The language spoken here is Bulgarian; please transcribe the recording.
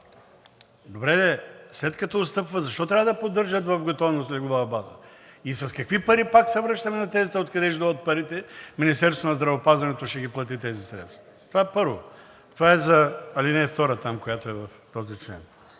Добре, след като отстъпва, защо трябва да поддържат в готовност леглова база и с какви пари? И пак се връщаме на тезата откъде ще дойдат парите? Министерството на здравеопазването ще ги плати тези средства. Това, първо. Това е за ал. 2, която е в този член.